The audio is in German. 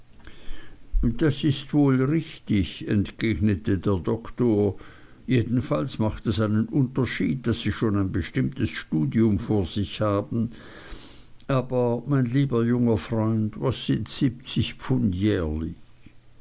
das ist wohl richtig entgegnete der doktor jedenfalls macht es einen unterschied daß sie schon ein bestimmtes studium vor sich haben aber mein lieber junger freund was sind siebzig pfund